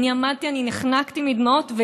אני עמדתי, אני נחנקתי מדמעות.